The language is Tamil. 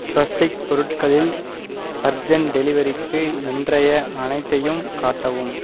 ஸ்வஸ்திக் பொருட்களில் அர்ஜெண்ட் டெலிவரிக்கு இன்றைய அனைத்தையும் காட்டவும்